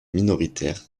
minoritaire